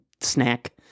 snack